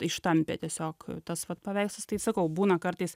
ištampė tiesiog tas vat paveikslas tai sakau būna kartais